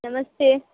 नमस्ते